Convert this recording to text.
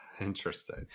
Interesting